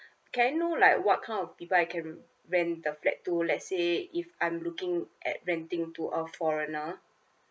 can I know like what kind of people I can rent the flat to let's say if I'm looking at renting to a foreigner